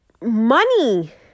money